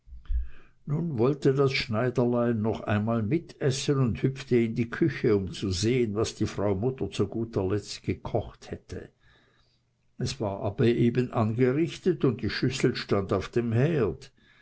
nun wollte das schneiderlein noch einmal mitessen und hüpfte in die küche um zu sehen was die frau mutter zu guter letzt gekocht hätte es war aber eben angerichtet und die schüssel stand auf dem herd